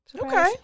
Okay